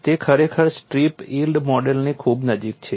તે ખરેખર strip yield મોડેલની ખૂબ નજીક છે